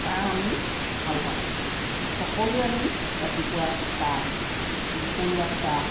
চাহ আমি ভাল পাওঁ সকলোৱে আমি ৰাতিপুৱা চাহ দুপৰীয়া চাহ